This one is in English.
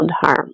harm